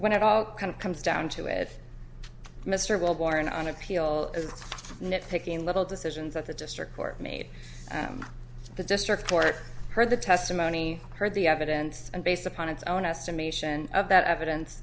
when it all kind of comes down to it mr wellborn on appeal and nitpicking little decisions that the district court made the district court heard the testimony heard the evidence and based upon its own estimation of that evidence